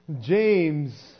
James